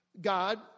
God